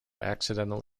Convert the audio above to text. accidental